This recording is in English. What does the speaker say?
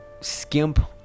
skimp